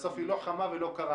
בסוף היא לא חמה ולא קרה,